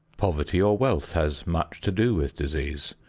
poverty or wealth has much to do with disease.